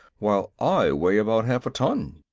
while i weigh about half a ton.